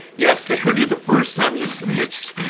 yes, they heard you the first time you snitched.